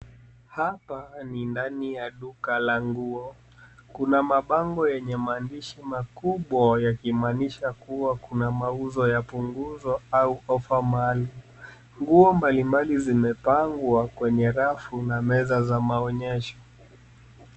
Hapa ni ndani ya duka la nguo. Kuna mabango yenye maandishi makubwa yakimaanisha kuwa kuna mauzo ya punguzo au ofa maalum. Nguo mbalimbali zimepangwa kwenye rafu na meza za maonyesho.